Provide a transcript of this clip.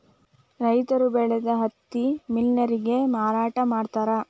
ರೈತರ ಬೆಳದ ಹತ್ತಿ ಮಿಲ್ ನ್ಯಾರಗೆ ಮಾರಾಟಾ ಮಾಡ್ತಾರ